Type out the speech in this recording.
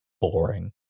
boring